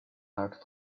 art